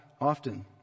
often